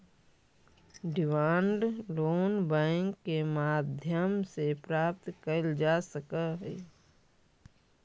demand loan bank के माध्यम से प्राप्त कैल जा सकऽ हइ